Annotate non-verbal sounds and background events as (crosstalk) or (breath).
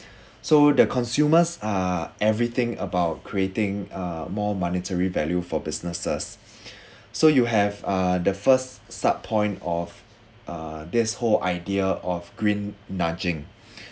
(breath) so the consumers are everything about creating uh more monetary value for businesses (breath) so you have uh the first start point of uh this whole idea of green nudging (breath)